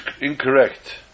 incorrect